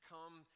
Come